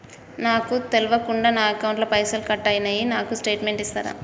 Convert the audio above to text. నాకు తెల్వకుండా నా అకౌంట్ ల పైసల్ కట్ అయినై నాకు స్టేటుమెంట్ ఇస్తరా?